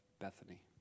Bethany